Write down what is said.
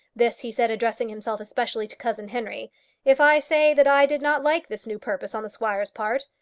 this he said addressing himself especially to cousin henry if i say that i did not like this new purpose on the squire's part.